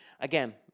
Again